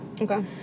Okay